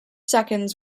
seconds